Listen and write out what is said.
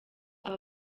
aba